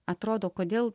atrodo kodėl